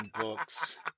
books